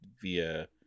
via